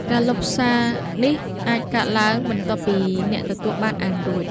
ការលុបសារនេះអាចកើតឡើង បន្ទាប់ពីអ្នកទទួលបានអានរួច។